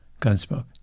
Gunsmoke